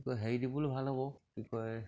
কি কয় হেৰি দিবলৈ ভাল হ'ব কি কয়